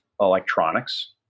electronics